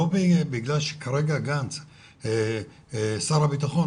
לא בגלל שכרגע גנץ שר הבטחון,